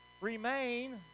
remain